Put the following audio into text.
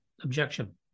objection